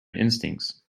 instincts